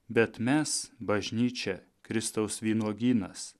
bet mes bažnyčia kristaus vynuogynas